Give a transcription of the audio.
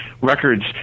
records